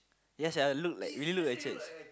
ya sia look like really look like church